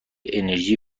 انرژی